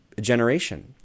generation